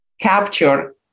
capture